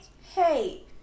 hey